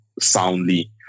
soundly